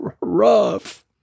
rough